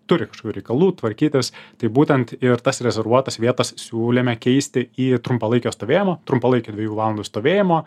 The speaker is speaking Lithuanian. turi kažkokių reikalų tvarkytis tai būtent ir tas rezervuotas vietas siūlėme keisti į trumpalaikio stovėjimo trumpalaikę dviejų valandų stovėjimo